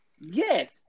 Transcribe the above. Yes